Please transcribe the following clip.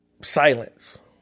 Silence